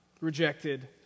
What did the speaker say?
rejected